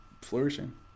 flourishing